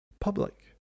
Public